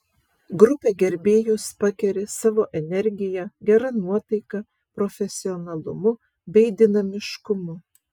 grupė gerbėjus pakeri savo energija gera nuotaika profesionalumu bei dinamiškumu